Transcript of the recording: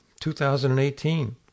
2018